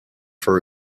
for